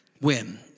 win